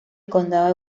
condado